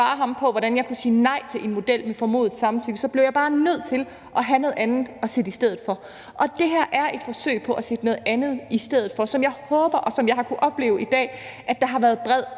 hvordan jeg kunne sige nej til en model med formodet samtykke, blev jeg bare nødt til at have noget andet at sætte i stedet. Og det her er et forsøg på at sætte noget andet i stedet, som jeg håbede, der ville være bred